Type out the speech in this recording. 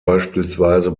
beispielsweise